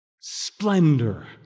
splendor